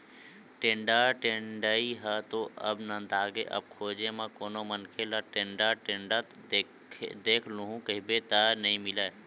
टेंड़ा टेड़ई ह तो अब नंदागे अब खोजे म कोनो मनखे ल टेंड़ा टेंड़त देख लूहूँ कहिबे त नइ मिलय